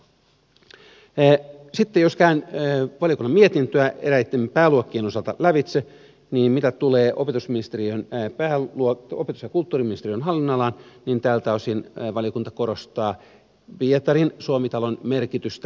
sitten jos käyn valiokunnan mietintöä eräitten pääluokkien osalta lävitse niin mitä tulee opetus ja kulttuuriministeriön hallinnonalaan niin tältä osin valiokunta korostaa pietarin suomi talon merkitystä